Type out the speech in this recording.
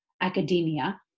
academia